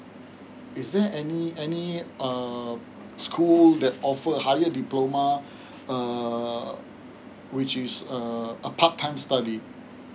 is there any any um school that offer a higher diploma err which is err a part time studies